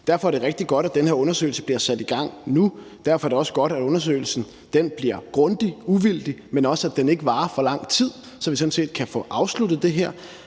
Derfor er det rigtig godt, at den her undersøgelse bliver sat i gang nu, og derfor er det også godt, at undersøgelsen bliver grundig og uvildig, men også, at den ikke varer for lang tid, så vi sådan set kan få afsluttet det her.